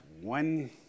one